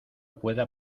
pueda